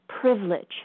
privilege